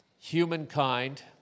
humankind